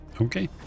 Okay